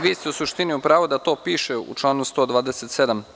Vi ste u suštini u pravu da to piše u članu 127.